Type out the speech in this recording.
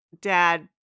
dad